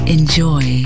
Enjoy